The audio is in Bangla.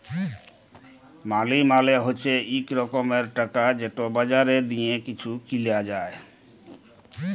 মালি মালে হছে ইক রকমের টাকা যেট বাজারে দিঁয়ে কিছু কিলা যায়